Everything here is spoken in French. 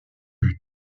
buts